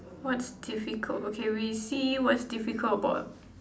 what's difficult okay we see what's difficult about